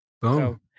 Boom